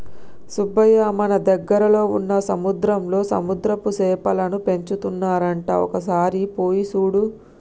సుబ్బయ్య మన దగ్గరలో వున్న సముద్రంలో సముద్రపు సేపలను పెంచుతున్నారంట ఒక సారి పోయి సూడు